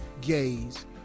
gays